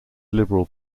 liberal